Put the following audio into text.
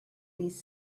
these